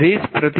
55 Rshr